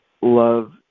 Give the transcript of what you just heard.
love